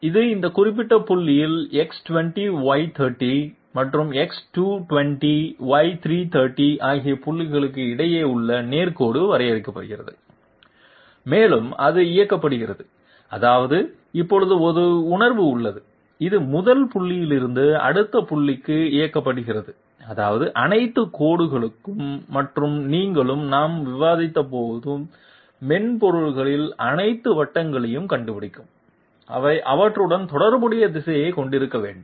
இது இந்த குறிப்பிட்ட புள்ளிகளான X20Y30 மற்றும் X220Y330 ஆகிய புள்ளிகளுக்கு இடையே உள்ள நேர்கோடு வரையறுக்கப்படுகிறது மேலும் அது இயக்கப்படுகிறது அதாவது இப்போது ஒரு உணர்வு உள்ளது இது முதல் புள்ளியில் இருந்து அடுத்த புள்ளிக்கு இயக்கப்படுகிறது அதாவது அனைத்து கோடுகளும் மற்றும் நீங்களும் நாம் விவாதிக்கப் போகும் மென்பொருளில் அனைத்து வட்டங்களையும் கண்டுபிடிக்கும் அவை அவற்றுடன் தொடர்புடைய திசையைக் கொண்டிருக்க வேண்டும்